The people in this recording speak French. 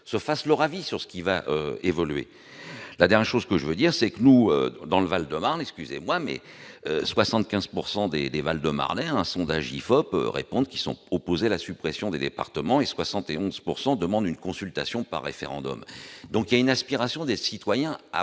se fassent leur avis sur ce qui va évoluer la d'un chose que je veux dire c'est que nous, dans le Val-de-Marne, excusez-moi, mais 75 pourcent des des Val-de-Marnais, un sondage IFOP eux répondent, qui sont opposés à la suppression des départements et 71 pourcent demandent une consultation pas référendum donc il y a une aspiration des citoyens à